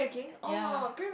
ya